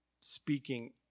speaking